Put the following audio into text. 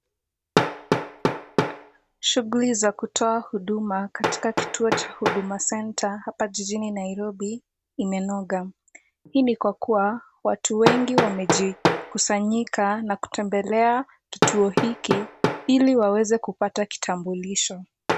Shughuli za kutoa huduma katika kituo cha huduma centre hapa jijini nairobi imenoga. Hii ni kwa kuwa watu wengi wamejikusanyika na kutembelea kituo hiki ili waweze kupata kitambulisho.